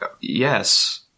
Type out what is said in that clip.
Yes